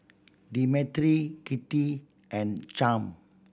Demetri Kitty and Champ